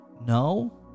No